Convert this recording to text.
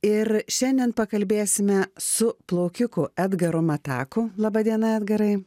ir šiandien pakalbėsime su plaukiku edgaru mataku laba diena edgarai